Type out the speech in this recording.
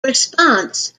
response